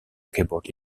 keyboard